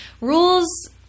rules